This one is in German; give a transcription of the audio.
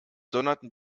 donnerten